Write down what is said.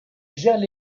gèrent